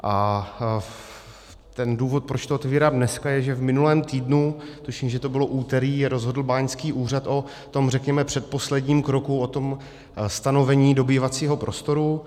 A důvod, proč to otevírám dneska, je, že v minulém týdnu, tuším, že to bylo úterý, rozhodl báňský úřad o tom, řekněme, předposledním kroku, o tom stanovení dobývacího prostoru.